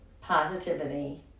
positivity